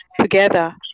together